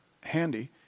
handy